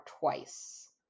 twice